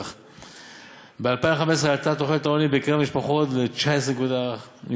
ב-2015 עלתה תחולת העוני בקרב המשפחות ל-19.1%.